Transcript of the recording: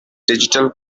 digital